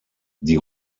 die